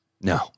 No